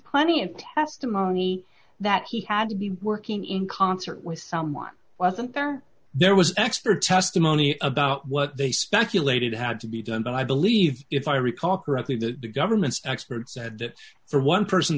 plenty of testimony that he had to be working in concert with someone wasn't there there was expert testimony about what they speculated had to be done but i believe if i recall correctly the government's expert said that for one person